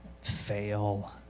Fail